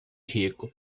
rico